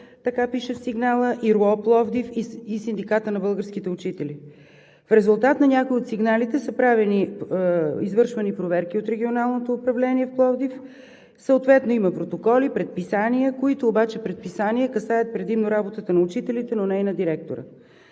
на образованието – Пловдив, и Синдикатът на българските учители. В резултат на някои от сигналите са извършвани проверки от Регионалното управление в Пловдив, съответно има протоколи, предписания, които обаче предписания касаят предимно работата на учителите, но не и на директора.